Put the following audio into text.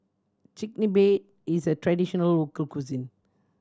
chigenabe is a traditional local cuisine